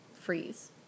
freeze